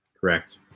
Correct